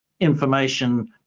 information